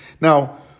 Now